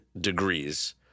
degrees